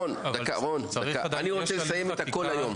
רון, אני רוצה לסיים הכול היום.